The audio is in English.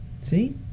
see